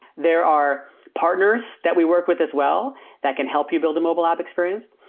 there are partners that we work with as well that can help you build a mobile app experience.